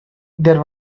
there